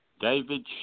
David